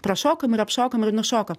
prašokom ir apšokom ir nušokom